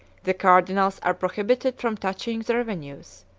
the cardinals are prohibited from touching the revenues,